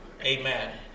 Amen